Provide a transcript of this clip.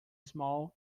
small